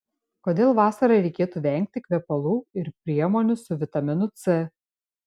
kodėl vasarą reikėtų vengti kvepalų ir priemonių su vitaminu c